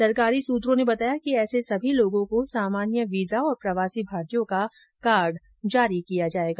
सरकारी सूत्रों ने बताया कि ऐसे सभी लोगों को सामान्य वीजा और प्रवासी भारतीयों का कार्ड जारी किया जायेगा